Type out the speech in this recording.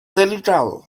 delicado